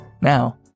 Now